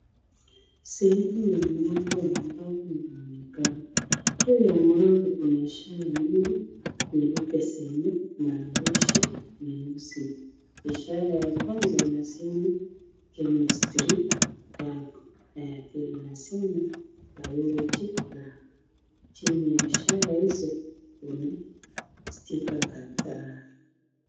Sehemu ya mlango wa mbao unaonekana. Juu ya mlango kuna ishara mbili nyeupe zenye maandishi meusi. Ishara ya kwanza inasema Chemistry Lab na ya pili inasema Biology Lab . Chini ya ishara hizo kuna stika kadhaa.